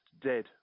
dead